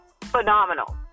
phenomenal